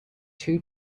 two